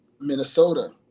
Minnesota